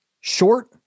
short